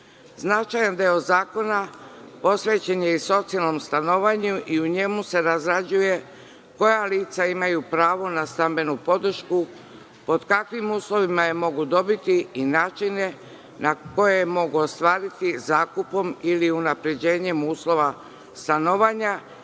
deo zakona posvećen je i socijalnom stanovanju i u njemu se razrađuje koja lica imaju pravo na stambenu podršku, pod kakvim uslovima je mogu dobiti i načine na koje mogu ostvariti zakupom ili unapređenjem uslova stanovanja,